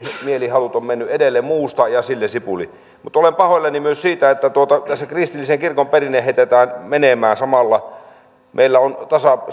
mielihalut ovat menneet edelle muusta ja sillä sipuli mutta olen pahoillani myös siitä että tässä kristillisen kirkon perinne heitetään menemään samalla meillä on